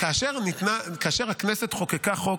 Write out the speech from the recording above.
כאשר הכנסת חוקקה חוק,